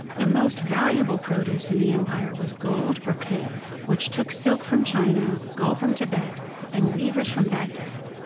the most valuable produce in the empire was gold brocade, which took silk from china, gold from tibet and weavers from baghdad.